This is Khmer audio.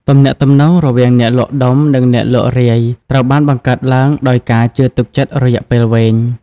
ទំនាក់ទំនង រវាងអ្នកលក់ដុំនិងអ្នកលក់រាយត្រូវបានបង្កើតឡើងដោយការជឿទុកចិត្តរយៈពេលវែង។